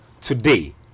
today